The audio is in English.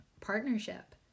partnership